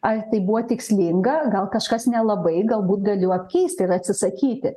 ar tai buvo tikslinga gal kažkas nelabai galbūt galiu apkeisti ir atsisakyti